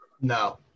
No